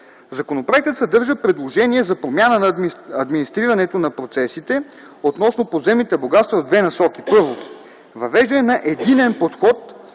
Законопроектът съдържа предложение за промяна на администрирането на процесите относно подземните богатства в две насоки: 1. Въвеждане на единен подход